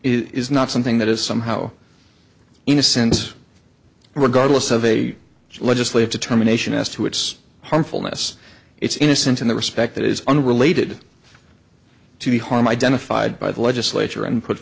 is not something that is somehow in a sense regardless of a legislative determination as to its harmfulness its innocence in the respect that is unrelated to the harm identified by the legislature and put